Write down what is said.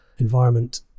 Environment